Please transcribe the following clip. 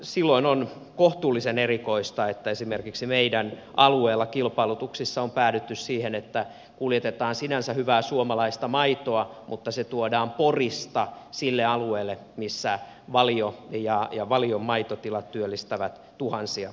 silloin on kohtuullisen erikoista että esimerkiksi meidän alueellamme kilpailutuksissa on päädytty siihen että kuljetetaan sinänsä hyvää suomalaista maitoa mutta se tuodaan porista sille alueelle missä valio ja valion maitotilat työllistävät tuhansia ihmisiä